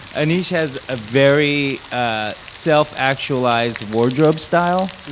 aneesh has a very ah self-actualized wardrobe style,